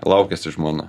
laukėsi žmona